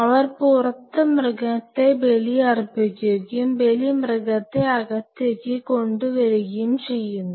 അവർ പുറത്ത് മൃഗത്തെ ബലിയർപ്പിക്കുകയും ബലി മൃഗത്തെ അകത്തേക്ക് കൊണ്ടുവരികയും ചെയ്യുന്നു